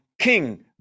king